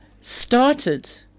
started